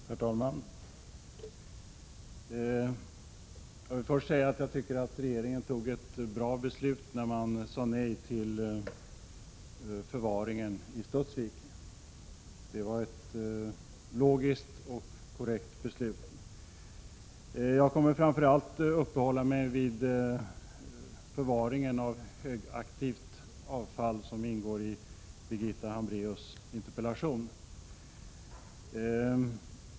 Herr talman! Jag vill först säga att jag tycker att regeringen tog ett bra beslut när den sade nej till förvaring i Studsvik. Det var ett logiskt och korrekt beslut. Jag kommer att framför allt uppehålla mig vid förvaringen av högaktivt avfall, vilket tas upp i Birgitta Hambraeus interpellation.